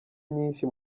nyinshi